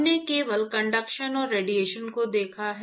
हमने केवल कंडक्शन और रेडिएशन को देखा है